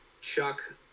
Chuck